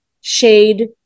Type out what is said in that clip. shade